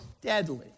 deadly